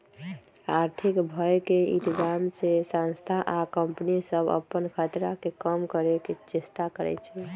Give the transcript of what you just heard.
आर्थिक भय के इतजाम से संस्था आ कंपनि सभ अप्पन खतरा के कम करए के चेष्टा करै छै